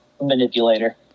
manipulator